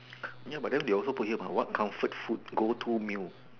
ya but then they also talking about what comfort food go to meal